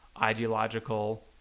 ideological